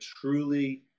truly